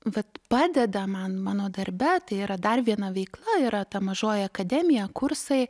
vat padeda man mano darbe tai yra dar viena veikla yra ta mažoji akademija kursai